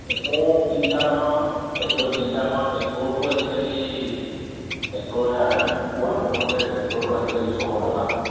tractor তিনি চাহ বাও আৰি টেক্টৰে তিনি চাহ বাও ট্ৰেক্টৰতো আজিকালি ট্ৰেক্টৰে বোৱাবলৈ হ'লে ট্ৰেক্টৰতো আজিকালি ছশ টকা হ'ল